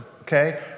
okay